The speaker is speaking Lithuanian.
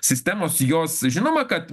sistemos jos žinoma kad